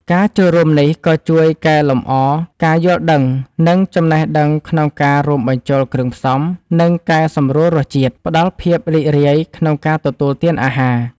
ការចូលរួមនេះក៏ជួយកែលម្អការយល់ដឹង និងចំណេះដឹងក្នុងការរួមបញ្ចូលគ្រឿងផ្សំ និងកែសម្រួលរសជាតិ ផ្ដល់ភាពរីករាយក្នុងការទទួលទានអាហារ។